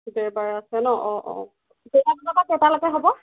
দেওবাৰে আছে ন অঁ অঁ কেইটা বজাৰ পৰা কেইটালৈকে হ'ব